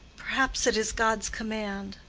perhaps it is god's command.